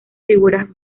figuras